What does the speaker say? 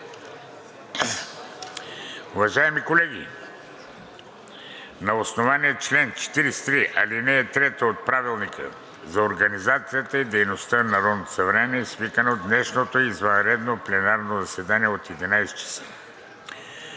Уважаеми колеги, на основание чл. 43, ал. 3 от Правилника за организацията и дейността на Народното събрание е свикано днешното извънредно пленарно заседание от 11,00 ч.